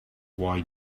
why